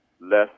less